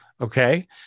Okay